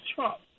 Trump